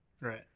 Right